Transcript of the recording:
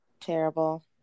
Terrible